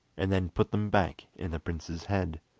and then put them back in the prince's head.